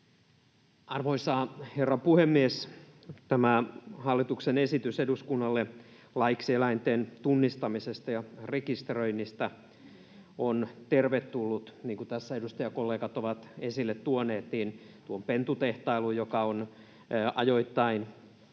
Arvoisa herra puhemies! Tämä hallituksen esitys eduskunnalle laiksi eläinten tunnistamisesta ja rekisteröinnistä on tervetullut. Niin kuin tässä edustajakollegat ovat esille tuoneet, pentutehtailu on ajoittain